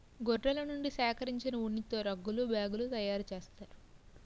గొర్రెల నుండి సేకరించిన ఉన్నితో రగ్గులు బ్యాగులు తయారు చేస్తారు